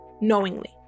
knowingly